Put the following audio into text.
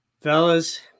Fellas